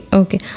okay